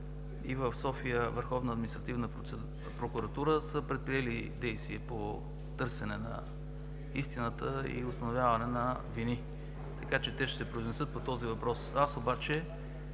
прокуратура са предприели действия по търсене на истината и установяване на вини. Така че те ще се произнесат по този въпрос. Аз обаче